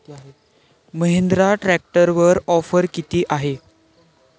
महिंद्रा ट्रॅक्टरवर ऑफर किती आहे?